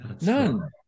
None